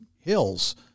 hills